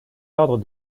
ordres